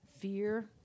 fear